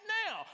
now